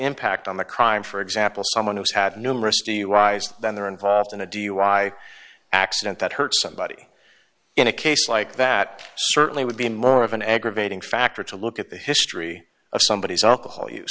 impact on the crime for example someone who's had numerous duis than they were involved in a dui accident that hurt somebody in a case like that certainly would be more of an aggravating factor to look at the history of somebodies alcohol use